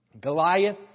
Goliath